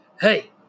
Hey